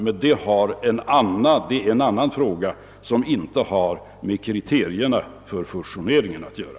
Men det är en annan fråga, som inte har med kriterierna för fusion att göra.